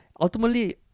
ultimately